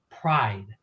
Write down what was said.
pride